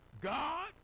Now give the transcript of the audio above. God